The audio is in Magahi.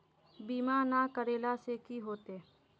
बीमा ना करेला से की होते?